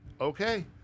okay